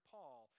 Paul